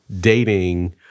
dating